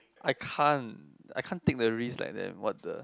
I can't I can't take the risk like them what the